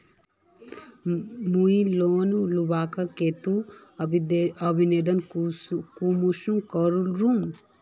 मुई लोन लुबार केते आवेदन कुंसम करे करूम?